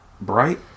Bright